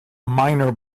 minor